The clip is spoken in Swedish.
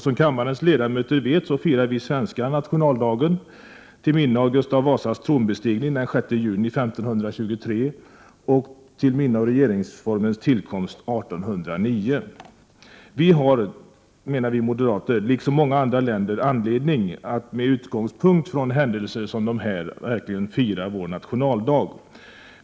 Som kammarens ledamöter vet firar vi svenskar nationaldagen till minne av Gustav Vasas tronbestigning den 6 juni 1523 och till minne av regeringsformens tillkomst år 1809. Vi moderater menar att Sverige, liksom många andra länder, har anledning att med utgångspunkt från händelser som dessa fira vår nationaldag.